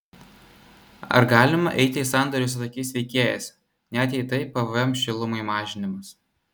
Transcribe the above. ar galima eiti į sandorius su tokiais veikėjais net jei tai pvm šilumai mažinimas